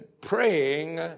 praying